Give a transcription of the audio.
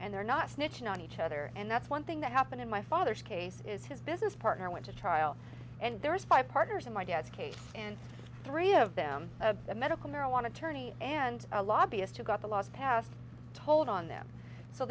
and they're not snitching on each other and that's one thing that happened in my father's case is his business partner went to trial and there was five partners in my dad's case and three of them medical marijuana tourney and a lobbyist who got the last past told on them so